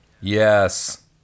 Yes